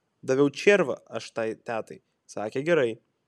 daviau červą aš tai tetai sakė gerai